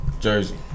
Jersey